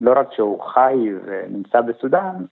‫לא רק שהוא חי ונמצא בסודאן.